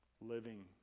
living